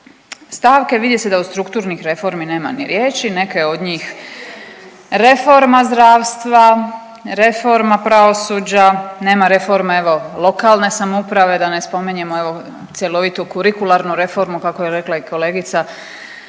stavke vidi se da od strukturnih reformi nema ni riječi, neke od njih reforma zdravstva, reforma pravosuđa, nema reforme evo lokalne samouprave da ne spominjemo evo cjelovitu kurikularnu reformu kako je rekla i kolegica